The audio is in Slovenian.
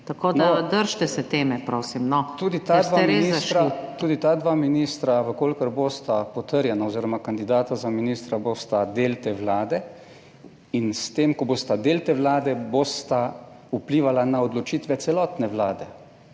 No, tudi ta ste res, da tudi ta dva ministra v kolikor bosta potrjena oz. kandidata za ministra bosta del te Vlade. In s tem, ko bosta del te Vlade bosta vplivala na odločitve celotne vlade.